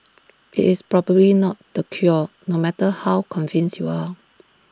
IT is probably not the cure no matter how convinced you are